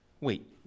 Wait